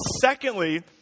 secondly